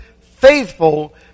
faithful